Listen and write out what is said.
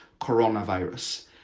coronavirus